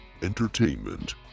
entertainment